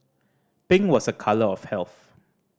pink was a colour of health